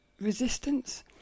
resistance